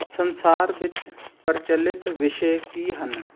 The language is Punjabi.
ਸੰਸਾਰ ਵਿੱਚ ਪ੍ਰਚਲਿਤ ਵਿਸ਼ੇ ਕੀ ਹਨ